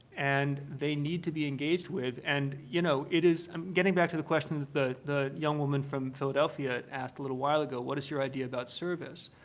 and they need to be engaged with. and you know, it is i'm getting back to the question the the young woman from philadelphia asked a little while ago, what is your idea about service.